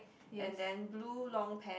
and then blue long pants